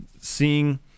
seeing